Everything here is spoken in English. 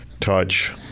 touch